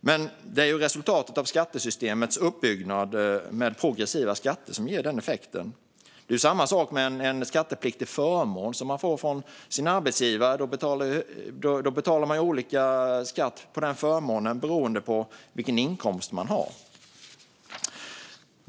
Men det är ju skattesystemets uppbyggnad med progressiva skatter som ger den effekten. Det är samma sak med en skattepliktig förmån som man får från sin arbetsgivare. Där betalar man olika skatt på förmånen beroende på vilken inkomst man har.